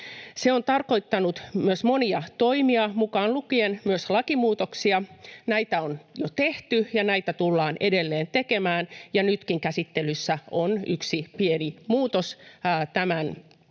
Se on tarkoittanut myös monia toimia, mukaan lukien myös lakimuutoksia. Näitä on jo tehty ja näitä tullaan edelleen tekemään, ja nytkin käsittelyssä on yksi pieni muutos työperäisen